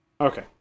Okay